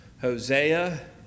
Hosea